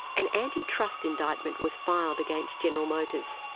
an anti-trust indictment was filed against general motors,